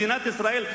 מדינת ישראל,